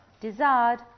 desired